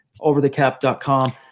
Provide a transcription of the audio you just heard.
overthecap.com